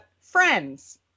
Friends